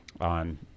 on